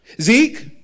Zeke